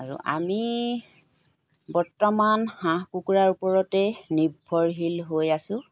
আৰু আমি বৰ্তমান হাঁহ কুকুৰাৰ ওপৰতে নিৰ্ভৰশীল হৈ আছো